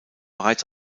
bereits